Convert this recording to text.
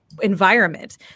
environment